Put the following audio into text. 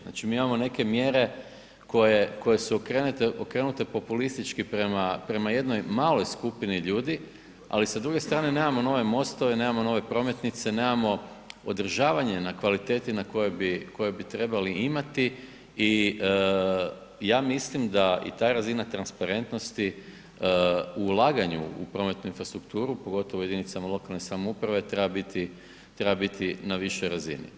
Znači mi imamo neke mjere koje su okrenute populistički prema jednoj maloj skupini ljudi, a s druge strane nemamo nove mostove, nemamo nove prometnice, nemamo održavanje na kvaliteti koju bi trebali imati i ja mislim da ta razina transparentnosti u ulaganju u prometnu infrastrukturu, pogotovo u jedinicama lokalne samouprave treba biti na višoj razini.